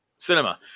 cinema